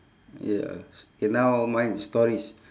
ya s~ K now mine is stories